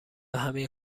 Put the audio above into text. همین